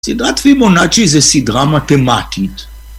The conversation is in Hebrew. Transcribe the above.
סדרת פיבונאצ'י זה סדרה מתמטית